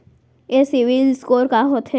ये CIBIL score का होथे?